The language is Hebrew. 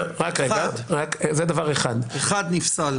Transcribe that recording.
אחד נפסל.